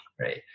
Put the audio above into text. right